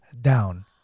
down